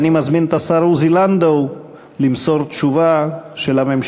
אני מזמין את השר עוזי לנדאו למסור את תשובת הממשלה.